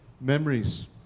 memories